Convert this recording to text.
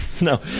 No